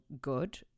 good